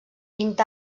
vint